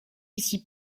ici